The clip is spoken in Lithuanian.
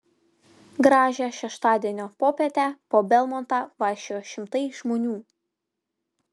gražią šeštadienio popietę po belmontą vaikščiojo šimtai žmonių